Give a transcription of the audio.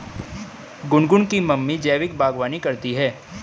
गुनगुन की मम्मी जैविक बागवानी करती है